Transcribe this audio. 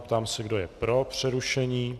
Ptám se, kdo je pro přerušení.